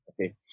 okay